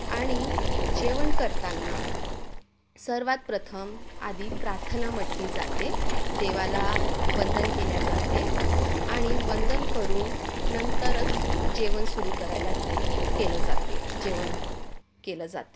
आणि जेवण करताना सर्वांत प्रथम आधी प्रार्थना म्हटली जाते देवाला वंदन केल्या जाते आणि वंदन करून नंतरच जेवण सुरू करायला केलं जाते जेवण केलं जाते